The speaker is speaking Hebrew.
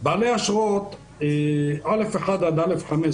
באשרות א'1 עד א'5,